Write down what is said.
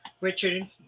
Richard